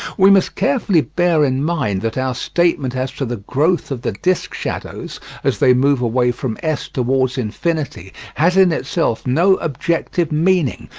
we must carefully bear in mind that our statement as to the growth of the disc-shadows, as they move away from s towards infinity, has in itself no objective meaning,